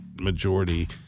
majority